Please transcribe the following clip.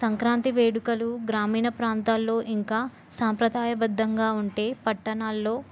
సంక్రాంతి వేడుకలు గ్రామీణ ప్రాంతాలలో ఇంకా సాంప్రదాయబద్ధంగా ఉంటే పట్టణాలలో